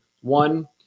one